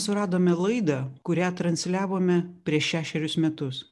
suradome laidą kurią transliavome prieš šešerius metus